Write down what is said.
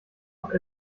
noch